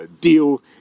deal